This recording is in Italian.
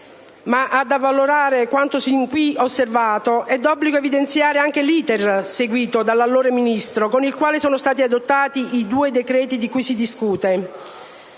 Ma, ad avvalorare quanto sin qui osservato, è d'obbligo evidenziare anche l'*iter* seguito dall'allora Ministro, con il quale sono stati adottati i due decreti di cui si discute.